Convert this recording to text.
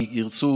כי ירצו